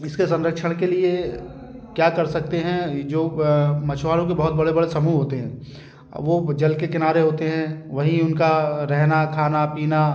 इसके संरक्षण के लिए क्या कर सकते हैं ये जो मछुआरों के बहुत बड़े बड़े समूह होते हैं वो जल के किनारे होते हैं वही उनका रहना खाना पीना